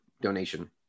donation